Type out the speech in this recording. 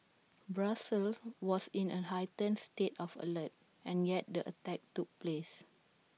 Brussels was in A heightened state of alert and yet the attack took place